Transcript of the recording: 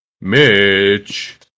Mitch